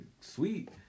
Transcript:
sweet